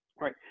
Right